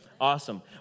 Awesome